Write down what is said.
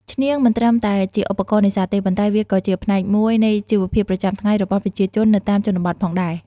ឈ្នាង មិនត្រឹមតែជាឧបករណ៍នេសាទទេ ប៉ុន្តែវាក៏ជាផ្នែកមួយនៃជីវភាពប្រចាំថ្ងៃរបស់ប្រជាជននៅតាមជនបទផងដែរ។